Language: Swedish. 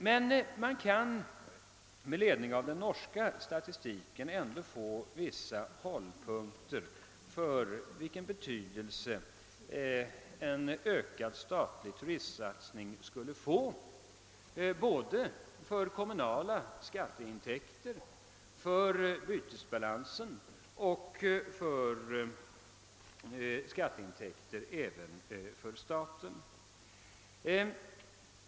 Man kan emellertid med ledning av den norska statistiken ändå få vissa hållpunkter för vilken betydelse en ökad statlig turistsatsning skulle få såväl för kommunala skatteintäkter som för bytesbalans och för statens skatteintäkter.